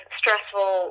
stressful